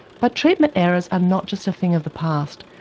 but treatment errors are not just a thing of the past.